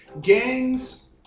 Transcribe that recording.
Gangs